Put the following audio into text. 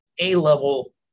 A-level